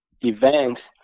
event